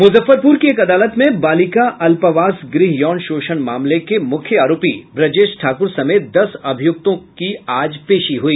मूजफ्फरपूर की एक अदालत में बालिका अल्पावास गृह यौन शोषण मामले के मुख्य आरोपी ब्रजेश ठाकुर समेत दस अभियुक्तों की आज पेशी हुई